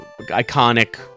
iconic